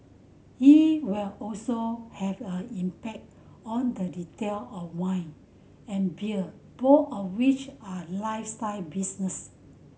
it will also have a impact on the retail of wine and beer both of which are lifestyle business